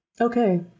Okay